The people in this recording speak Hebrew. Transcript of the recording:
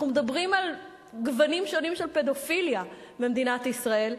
אנחנו מדברים על גוונים שונים של פדופיליה במדינת ישראל,